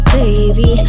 baby